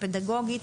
הפדגוגית,